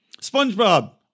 SpongeBob